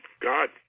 God